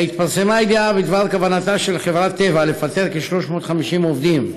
התפרסמה ידיעה בדבר כוונתה של חברת טבע לפטר כ-350 עובדים.